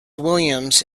williams